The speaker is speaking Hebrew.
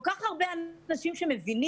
כל כך הרבה אנשים שמבינים,